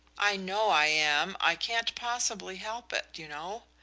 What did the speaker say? i know i am, i can't possibly help it, you know.